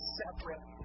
separate